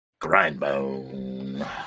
grindbone